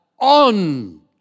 on